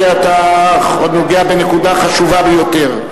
אני חושב שאתה נוגע בנקודה חשובה ביותר.